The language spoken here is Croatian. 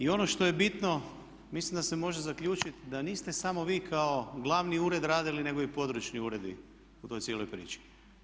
Ono što je bitno mislim da se može zaključiti da niste samo vi kao glavni ured radili nego i područni uredi u toj cijeloj priči.